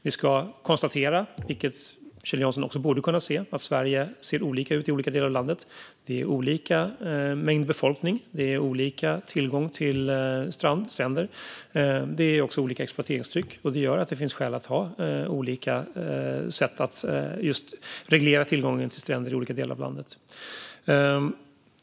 Vi kan konstatera, vilket också Kjell Jansson borde se, att Sverige ser olika ut i olika delar av landet. Det är olika mängd befolkning, och det är olika tillgång till stränder. Det är också olika exploateringstryck, och det gör att det finns skäl att ha olika sätt att reglera tillgången till stränder i olika delar av landet.